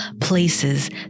places